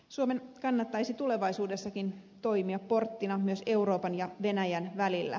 suomen kannattaisi tulevaisuudessakin toimia porttina myös euroopan ja venäjän välillä